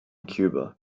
cuba